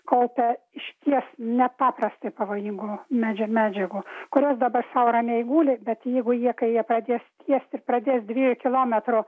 kaupę išties nepaprastai pavojingo medžio medžiagų kurias dabar sau ramiai guli bet jeigu jie ką jie pradės gesti pradės dviejų kilometrų